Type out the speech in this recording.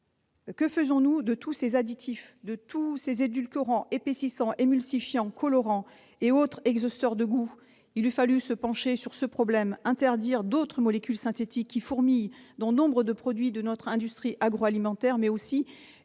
que faisons-nous de tous ces additifs, de tous ces édulcorants, épaississants, émulsifiants, colorants et autres exhausteurs de goût ?